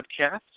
podcast